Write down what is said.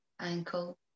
ankle